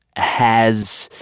has